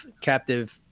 captive